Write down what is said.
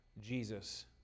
Jesus